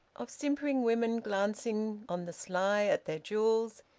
of simpering women glancing on the sly at their jewels,